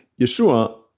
Yeshua